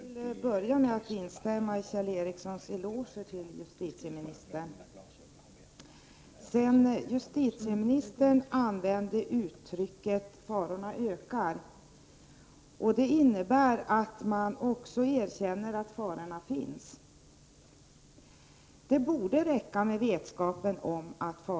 Herr talman! Låt mig börja med att instämma i Kjell Ericssons eloge till justitieministern. Justitieministern använder uttrycket ”farorna ökar”. Det innebär att hon också erkänner att farorna finns. Det borde räcka med vetskapen om detta.